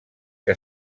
que